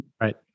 Right